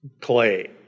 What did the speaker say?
Clay